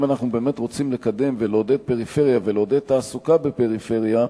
אם אנחנו באמת רוצים לקדם ולעודד פריפריה ולעודד תעסוקה בפריפריה,